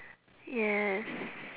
yes